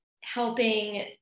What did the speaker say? helping